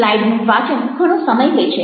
સ્લાઈડનું વાચન ઘણો સમય લે છે